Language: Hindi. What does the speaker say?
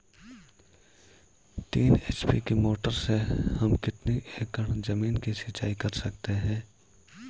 तीन एच.पी की मोटर से हम कितनी एकड़ ज़मीन की सिंचाई कर सकते हैं?